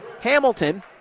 Hamilton